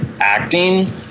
acting